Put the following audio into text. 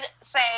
say